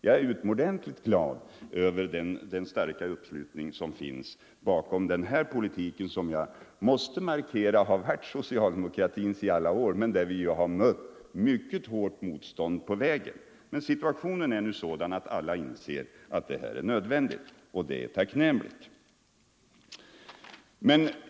Jag är utomordentligt glad över den starka uppslutning som finns bakom den här politiken som —- det måste jag markera — i alla år har varit socialdemokratins, men beträffande vilken vi har mött hårt motstånd på vägen. Nu är situationen emellertid sådan att alla inser att åtgärder är nödvändiga, och det är tacknämligt.